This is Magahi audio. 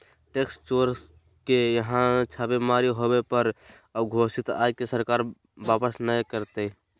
टैक्स चोर के यहां छापेमारी होबो पर अघोषित आय सरकार वापस नय करतय